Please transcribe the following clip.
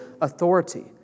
authority